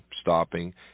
stopping